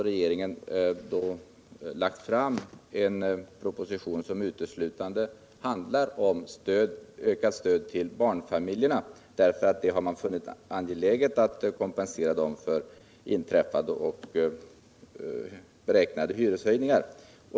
Regeringen har ju lagt fram en proposition som uteslutande handlar om ökat stöd till barnfamiljerna, därför att man funnit det angeläget att stödja dessa när det gäller inträffade och beräknade hyreshöjningar.